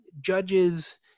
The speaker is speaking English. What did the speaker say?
judges